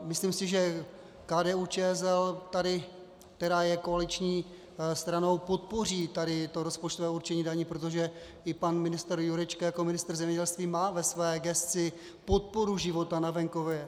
Myslím si, že KDUČSL, která je koaliční stranou, podpoří rozpočtové určení daní, protože i pan ministr Jurečka jako ministr zemědělství má ve své gesci podporu života na venkově.